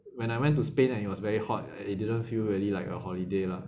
when I went to spain and it was very hot and it didn't feel really like a holiday lah